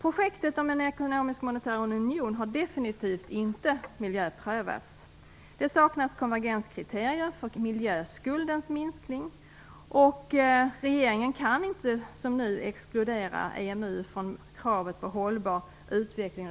Projektet om den europeiska monetära unionen har definitivt inte miljöprövats. Det saknas konvergenskriterier för miljöskuldens minskning. Regeringen kan inte som nu exkludera EMU från kravet på hållbar utveckling.